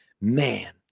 man